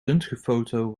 röntgenfoto